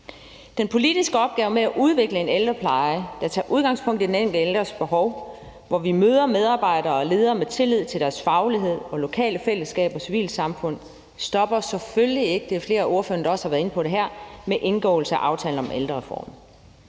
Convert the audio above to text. Den politiske opgave med at udvikle en ældrepleje, der tager udgangspunkt i den enkelte ældres behov, hvor vi møder medarbejdere og ledere med tillid til deres faglighed og lokale fællesskaber og civilsamfund, stopper selvfølgelig ikke, og der er flere ordførere,